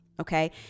okay